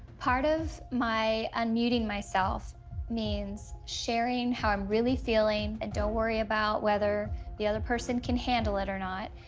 part of my unmuting myself means sharing how i'm really feeling and don't worry about whether the other person can handle it or not,